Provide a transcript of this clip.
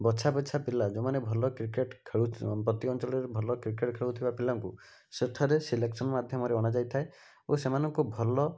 ବଛା ବଛା ପିଲା ଯେଉଁମାନେ ଭଲ କ୍ରିକେଟ୍ ଖେଳୁ ପ୍ରତି ଅଞ୍ଚଳରୁ ଭଲ କ୍ରିକେଟ୍ ଖେଳୁଥିବା ପିଲାଙ୍କୁ ସେଠାରେ ସିଲେକ୍ସନ ମାଧ୍ୟମରେ ଅଣାଯାଇଥାଏ ଓ ସେମାନଙ୍କୁ ଭଲ